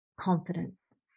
confidence